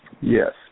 Yes